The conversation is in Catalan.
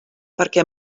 perquè